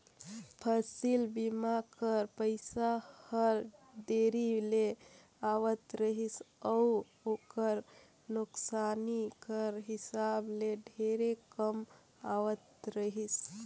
फसिल बीमा कर पइसा हर देरी ले आवत रहिस अउ ओकर नोसकानी कर हिसाब ले ढेरे कम आवत रहिस